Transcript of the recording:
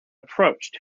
approached